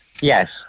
yes